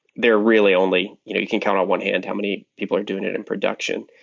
they're really only you know you can count on one hand how many people are doing it in production.